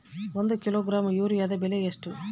ಒಂದು ಕಿಲೋಗ್ರಾಂ ಯೂರಿಯಾದ ಬೆಲೆ ಎಷ್ಟು?